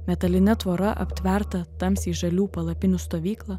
metaline tvora aptvertą tamsiai žalių palapinių stovyklą